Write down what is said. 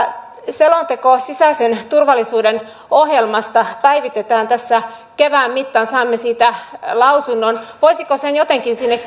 selonteko sisäisen turvallisuuden ohjelmasta päivitetään tässä kevään mittaan saamme siitä lausunnon voisiko sen jotenkin sinne